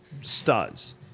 studs